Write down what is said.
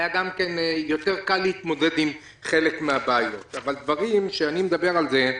היה יותר קל להתמודד עם חלק מהבעיות אבל דברים שאני מדבר עליהם